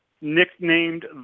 nicknamed